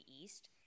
east